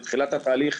בתחילת התהליך,